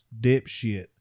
dipshit